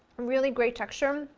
really great texture, um